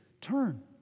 turn